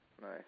Nice